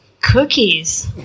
Cookies